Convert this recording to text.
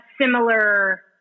similar